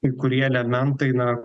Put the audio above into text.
kai kurie elementai na